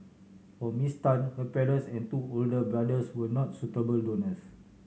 for Miss Tan her parents and two older brothers were not suitable donors